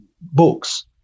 books